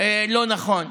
לא נכון.